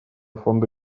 фонда